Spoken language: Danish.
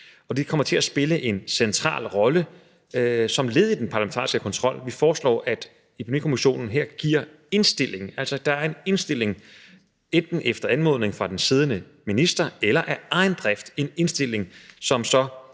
Og det kommer til at spille en central rolle som led i den parlamentariske kontrol. Vi foreslår, at Epidemikommissionen giver en indstilling enten efter anmodning fra den siddende minister eller af egen drift, som